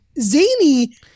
zany